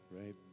right